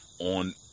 on